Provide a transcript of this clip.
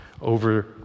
over